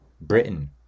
Britain